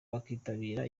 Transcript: bakitabira